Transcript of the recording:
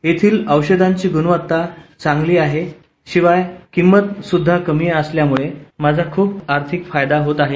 येथील औषधांची ग्रणवत्ता चांगली आहे शिवाय किंमतीसुद्धा कमी असल्याने माझा खूप आर्थिक फायदा होत आहे